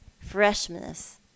freshness